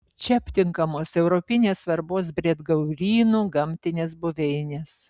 čia aptinkamos europinės svarbos briedgaurynų gamtinės buveinės